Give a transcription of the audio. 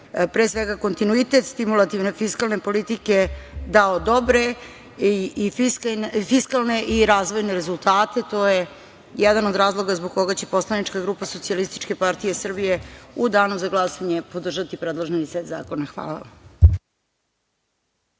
pre svega kontinuitet stimulativne fiskalne politike dao dobre fiskalne i razvojne rezultate. To je jedan od razloga zbog koga će poslanička grupa SPS u danu za glasanje podržati predloženi set zakona. Hvala.